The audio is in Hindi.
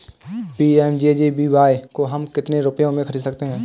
पी.एम.जे.जे.बी.वाय को हम कितने रुपयों में खरीद सकते हैं?